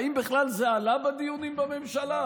האם בכלל זה עלה בדיונים בממשלה?